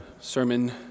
sermon